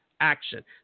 action